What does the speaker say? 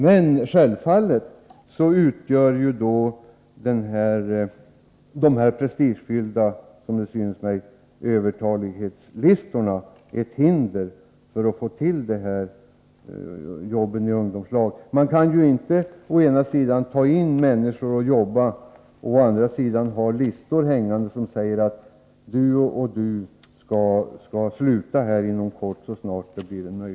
Men självfallet utgör de enligt min mening av prestigeskäl upprättade övertalighetslistorna ett hinder för att skapa jobb i ungdomslag. Man kan inte å ena sidan ta in människor för jobb på en arbetsplats och å andra sidan ha listor där man anger vilka som måste sluta där.